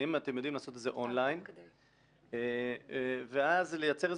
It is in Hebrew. האם אתם יודעים לעשות את זה און-ליין ואז לייצר את